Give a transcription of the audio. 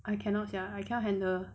I cannot sia I cannot handle